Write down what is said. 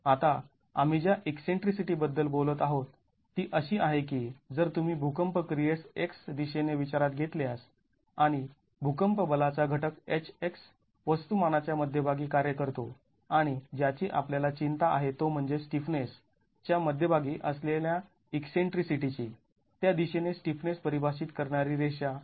आता आम्ही ज्या ईकसेंट्रीसिटी बद्दल बोलत आहोत ती अशी आहे की जर तुम्ही भूकंप क्रियेस x दिशेने विचारात घेतल्यास आणि भूकंप बलाचा घटक Hx वस्तुमानाच्या मध्यभागी कार्य करतो आणि ज्याची आपल्याला चिंता आहे तो म्हणजे स्टिफनेस च्या मध्यभागी असलेल्या ईकसेंट्रीसिटीची त्या दिशेने स्टिफनेस परिभाषित करणारी रेषा e y